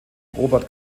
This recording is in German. robert